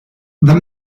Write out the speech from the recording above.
this